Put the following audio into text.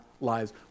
lives